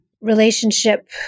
relationship